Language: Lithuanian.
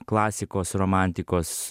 klasikos romantikos